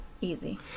Easy